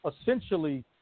essentially